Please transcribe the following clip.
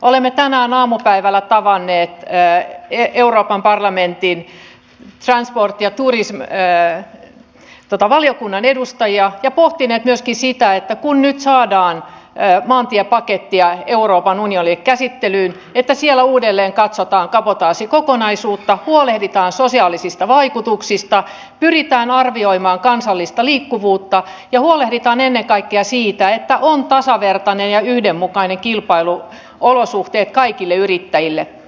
olemme tänään aamupäivällä tavanneet euroopan parlamentin transport and tourism valiokunnan edustajia ja pohtineet myöskin sitä että kun nyt saadaan maantiepakettia euroopan unionille käsittelyyn niin siellä uudelleen katsotaan kabotaasikokonaisuutta huolehditaan sosiaalisista vaikutuksista pyritään arvioimaan kansallista liikkuvuutta ja huolehditaan ennen kaikkea siitä että on tasavertaiset ja yhdenmukaiset kilpailuolosuhteet kaikille yrittäjille